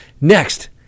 Next